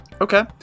Okay